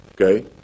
Okay